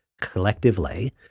collectively